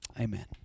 Amen